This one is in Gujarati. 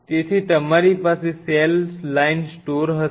તેથી તમારી પાસે સેલ લાઇન સ્ટોર હશે